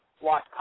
watch